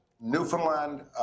Newfoundland